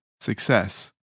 success